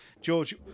george